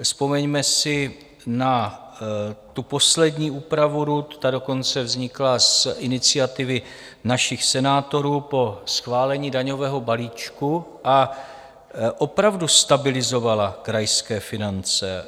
Vzpomeňme si na tu poslední úpravu RUD, ta dokonce vznikla z iniciativy našich senátorů po schválení daňového balíčku a opravdu stabilizovala krajské finance.